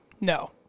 no